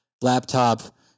laptop